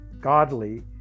godly